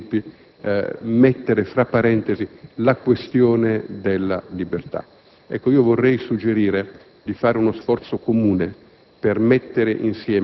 contro i nostri principi, mettere fra parentesi la questione della libertà. Vorrei suggerire di fare uno sforzo comune